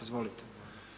Izvolite.